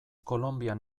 kolonbian